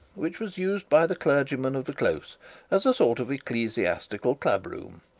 which was used by the clergymen of the close as a sort of ecclesiastical club-room,